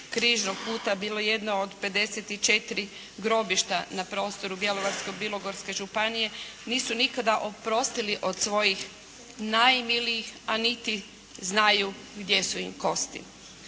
Križnog puta bila jedna od 54 grobišta na prostoru Bjelovarsko-bilogorske županije nisu nikada oprostili od svojih najmilijih a niti znaju gdje su im kosti.